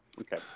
okay